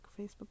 Facebook